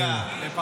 אין לו שמונה דקות.